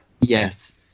Yes